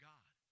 God